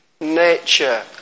nature